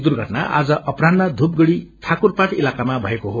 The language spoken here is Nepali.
दुर्घटना आज अपरान्ह धुपगड़ी इाकुरपाट इलाकमा भएको हो